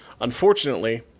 unfortunately